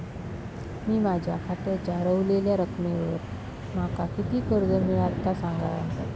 मी माझ्या खात्याच्या ऱ्हवलेल्या रकमेवर माका किती कर्ज मिळात ता सांगा?